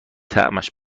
طعمش